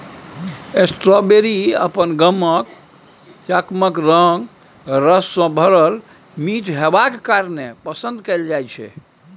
strawberry अपन गमक, चकमक रंग, रस सँ भरल मीठ हेबाक कारणेँ पसंद कएल जाइ छै